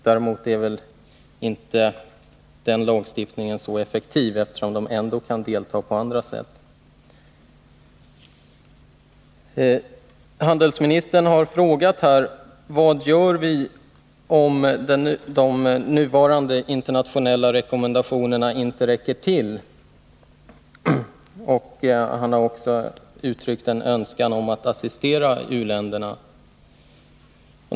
Däremot är väl inte den lagstiftningen så effektiv, eftersom företagen ändå kan delta på andra sätt. Handelsministern har frågat: Vad gör vi om de nuvarande internationella rekommendationerna inte räcker till? Han har också uttryckt en önskan om att assistera u-länderna.